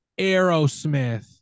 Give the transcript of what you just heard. Aerosmith